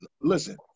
Listen